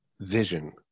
vision